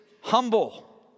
humble